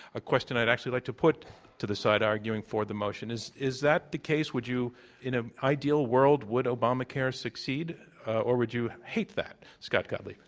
a question i'd actually like to put to the side arguing for the motion. is is that the case? would you in an ideal world, would obamacare succeed or would you hate that? scott gottlieb.